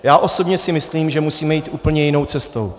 Já osobně si myslím, že musíme jít úplně jinou cestou.